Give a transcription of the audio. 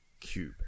Cube